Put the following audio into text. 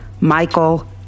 Michael